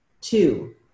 Two